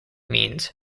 means